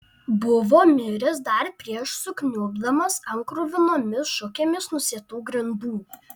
buvo miręs dar prieš sukniubdamas ant kruvinomis šukėmis nusėtų grindų